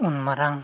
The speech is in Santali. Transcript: ᱩᱱᱢᱟᱨᱟᱝ